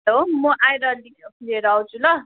hello म आएर लिएर आउँछु ल